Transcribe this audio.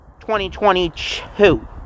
2022